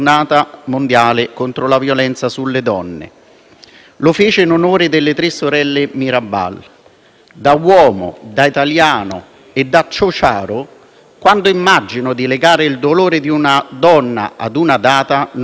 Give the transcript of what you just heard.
lo fece in onore delle tre sorelle Mirabal. Da uomo, da italiano e da ciociaro, quando immagino di legare il dolore di una donna a una data, non posso non pensare al 1944,